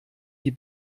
die